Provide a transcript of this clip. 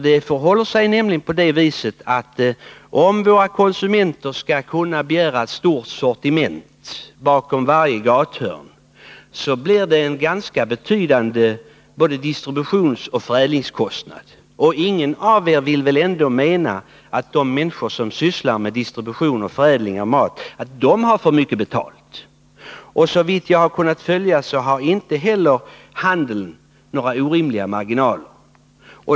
Det förhåller sig nämligen så att om konsumenterna skall kunna begära ett stort sortiment bakom varje gathörn, blir distributionsoch förädlingskostnaderna ganska betydande. Ingen av er menar väl ändå att de människor som sysslar med distribution och förädling av mat har för mycket betalt? Såvitt jag kan bedöma har inte heller handeln några orimliga marginaler.